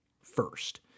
first